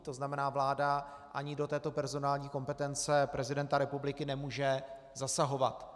To znamená, vláda ani do této personální kompetence prezidenta republiky nemůže zasahovat.